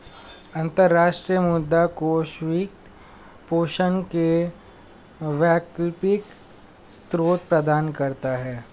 अंतर्राष्ट्रीय मुद्रा कोष वित्त पोषण के वैकल्पिक स्रोत प्रदान करता है